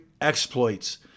exploits